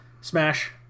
Smash